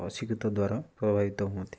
ଅଶିକ୍ଷିତ ଦ୍ୱାରା ପ୍ରଭାବିତ ହୁଅନ୍ତି